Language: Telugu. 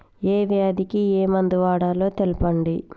ఏ వ్యాధి కి ఏ మందు వాడాలో తెల్పండి?